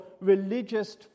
religious